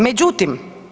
Međutim,